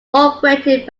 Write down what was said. operated